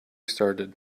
started